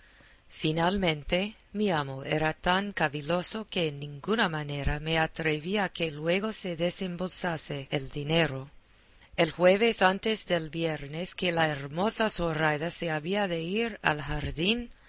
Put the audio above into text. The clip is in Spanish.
finalmente mi amo era tan caviloso que en ninguna manera me atreví a que luego se desembolsase el dinero el jueves antes del viernes que la hermosa zoraida se había de ir al jardín